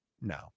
No